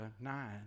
nine